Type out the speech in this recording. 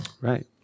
Right